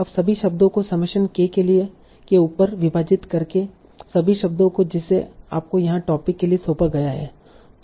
अब सभी शब्दों को समेशन k के ऊपर विभाजित करके सभी शब्दों को जिसे आपको यहाँ टोपिक के लिए सौंपा गया है